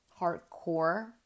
hardcore